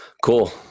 cool